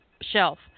shelf